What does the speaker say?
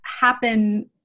happen